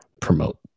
promote